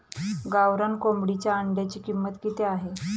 गावरान कोंबडीच्या अंड्याची किंमत किती आहे?